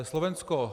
Slovensko.